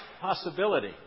possibility